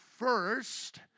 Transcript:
First